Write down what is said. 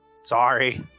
Sorry